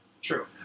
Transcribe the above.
True